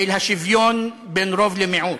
אל שוויון בין רוב למיעוט.